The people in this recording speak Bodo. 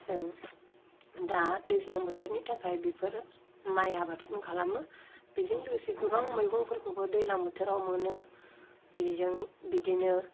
जों दा दैज्लां बोथोरनि थाखाय बिफोर माइ आबादखौनो खालामो बेजों लोगोसे गोबां मैगंफोरखौबो दैज्लां बोथोराव मोनो बेजों बिदिनो